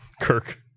Kirk